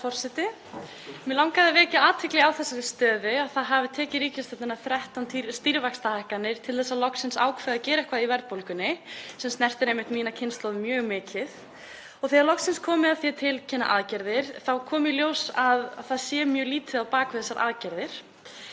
Mig langaði að vekja athygli á þeirri stöðu að það hafi tekið ríkisstjórnina 13 stýrivaxtahækkanir að loksins ákveða að gera eitthvað í verðbólgunni, sem snertir einmitt mína kynslóð mjög mikið, og að þegar loksins var komið að því að tilkynna aðgerðir kom í ljós að það var mjög lítið á bak við þessar aðgerðir.